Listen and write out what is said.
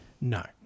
No